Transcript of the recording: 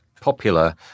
popular